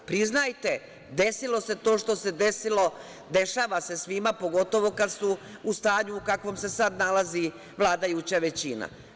Priznajte, desilo se to što se desilo, dešava se svima, pogotovo kad su u stanju u kakvom se sada nalazi vladajuća većina.